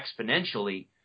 exponentially